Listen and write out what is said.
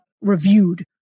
reviewed